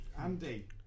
Andy